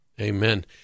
Amen